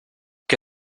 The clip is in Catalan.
què